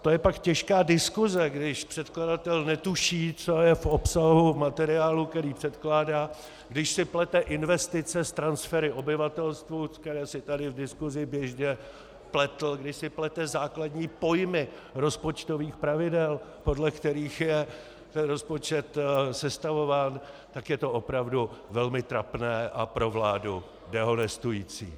To je pak těžká diskuse, když předkladatel netuší, co je v obsahu materiálu, který předkládá, když si plete investice s transfery obyvatelstvu, které si tady v diskusi běžně pletl, když si plete základní pojmy rozpočtových pravidel, podle kterých je rozpočet sestavován, tak je to opravdu velmi trapné a pro vládu dehonestující.